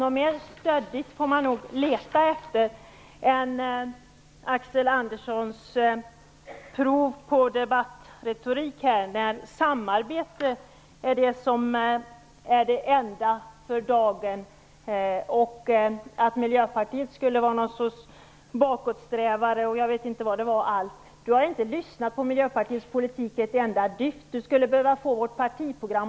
Något mer stöddigt får man nog leta efter än Axel Anderssons tro på debattretorik här: att samarbete är det enda för dagen, att Miljöpartiet skulle vara någon sorts bakåtsträvare osv. Axel Andersson har inte lyssnat ett dyft när det gäller Miljöpartiets politik. Han skulle behöva läsa igenom vårt partiprogram.